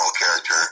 character